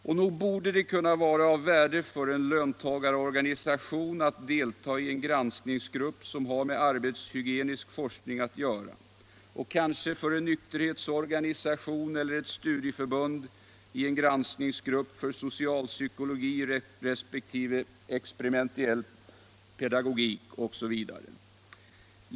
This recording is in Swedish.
Och nog borde det kunna vara av värde för en löntagarorganisation att delta i en granskningsgrupp som har med arbetshygienisk forskning att göra och kanske för en nykterhetsorganisation eller ett studieförbund att delta i en granskningsgrupp för socialpsykologisk resp. experimentell pedagogik osv.